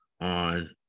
on